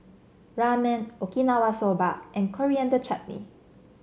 Ramen Okinawa Soba and Coriander Chutney